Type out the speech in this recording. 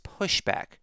pushback